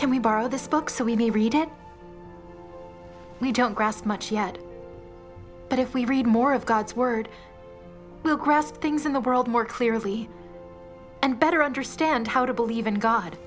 can we borrow this book so we may read it we don't grasp much yet but if we read more of god's word things in the world more clearly and better understand how to believe in god